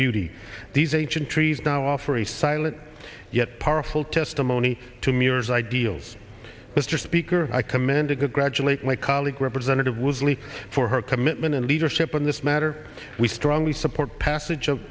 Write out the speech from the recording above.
beauty these ancient trees now offer a silent yet powerful testimony to mirrors ideals mr speaker i commend to gradually league representative was lee for her commitment and leadership on this matter we strongly support passage of